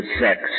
sex